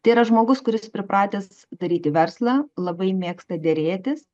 tai yra žmogus kuris pripratęs daryti verslą labai mėgsta derėtis